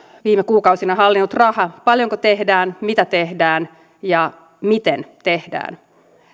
viime kuukausina hallinnut raha paljonko tehdään mitä tehdään ja miten tehdään